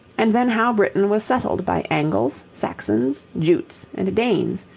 and then how britain was settled by angles, saxons, jutes, and danes,